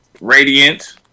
Radiant